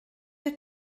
wyt